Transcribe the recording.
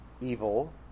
evil